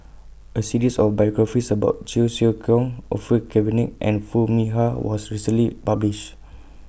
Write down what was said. A series of biographies about Cheong Siew Keong Orfeur Cavenagh and Foo Mee Har was recently published